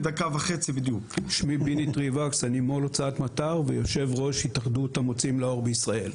אני מו"ל הוצאת "מתר" ויושב-ראש התאחדות המוציאים לאור בישראל.